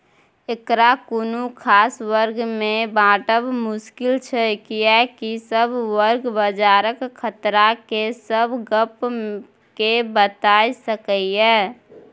एकरा कुनु खास वर्ग में बाँटब मुश्किल छै कियेकी सब वर्ग बजारक खतरा के सब गप के बताई सकेए